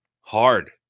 hard